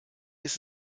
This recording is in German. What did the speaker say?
ist